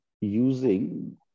using